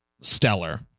Stellar